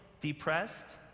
depressed